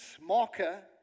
marker